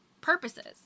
purposes